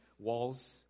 walls